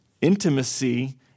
intimacy